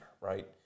right